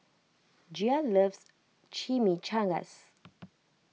Gia loves Chimichangas